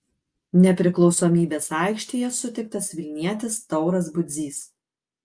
nepriklausomybės aikštėje sutiktas vilnietis tauras budzys